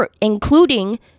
including